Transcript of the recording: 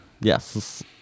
Yes